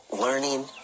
learning